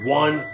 one